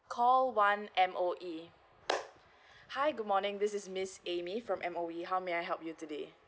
call one M_O_E hi good morning this is miss amy from M_O_E how may I help you today